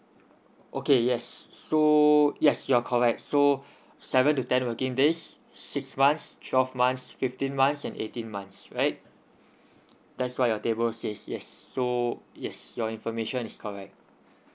okay yes so yes you are correct so seven to ten working days six months twelve months fifteen months and eighteen months right that's what your table says yes so yes your information is correct